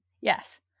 Yes